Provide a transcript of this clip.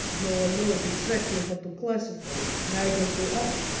no one knows exactly how to classify you. neither do i.